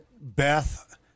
Beth